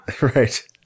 Right